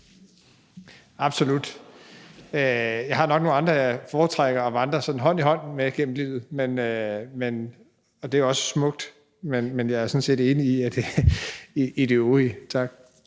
Absolut. Der er nok nogle andre, jeg foretrækker at vandre hånd i hånd med gennem livet med, og det er også smukt. Men jeg er sådan set enig i det øvrige. Tak.